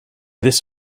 this